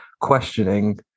questioning